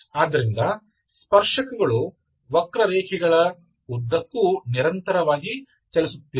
ಆದ್ದರಿಂದ ಸ್ಪರ್ಶಕಗಳು ವಕ್ರರೇಖೆಗಳ ಉದ್ದಕ್ಕೂ ನಿರಂತರವಾಗಿ ಚಲಿಸುತ್ತಿವೆ